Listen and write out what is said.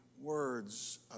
words